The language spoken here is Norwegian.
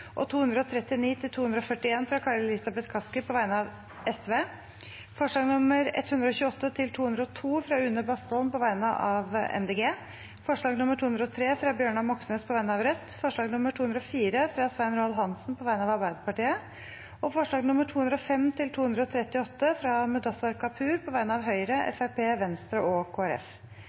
og 239–241, fra Kari Elisabeth Kaski på vegne av Sosialistisk Venstreparti forslagene nr. 128–202, fra Une Bastholm på vegne av Miljøpartiet De Grønne forslag nr. 203, fra Bjørnar Moxnes på vegne av Rødt forslag nr. 204, fra Svein Roald Hansen på vegne av Arbeiderpartiet forslagene nr. 205–238, fra Mudassar Kapur på vegne av Høyre, Fremskrittspartiet, Venstre og